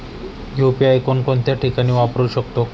UPI कोणकोणत्या ठिकाणी वापरू शकतो?